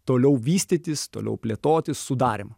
toliau vystytis toliau plėtoti sudarymą